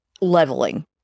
leveling